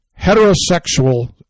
heterosexual